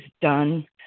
done